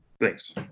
Thanks